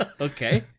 Okay